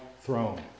throne